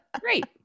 great